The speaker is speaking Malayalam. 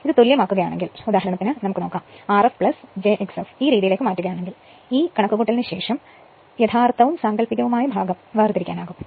ഇത് തുല്യമാക്കുകയാണെങ്കിൽ ഉദാഹരണത്തിന് Rf j x f ഈ രീതിയിൽ ആക്കുകയാണെങ്കിൽ ഈ കണക്കുകൂട്ടലിന് ശേഷം യഥാർത്ഥവും സാങ്കൽപ്പികവുമായ ഭാഗം വേർതിരിക്കാനാകും